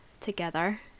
together